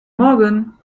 morgen